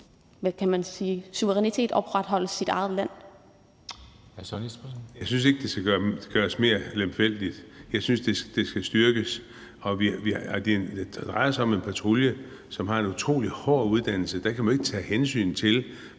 Hr. Søren Espersen. Kl. 20:45 Søren Espersen (DF): Jeg synes ikke, det skal gøres mere lemfældigt. Jeg synes, det skal styrkes. Det drejer sig om en patrulje, som har en utrolig hård uddannelse, og der kan man jo ikke tage hensyn til,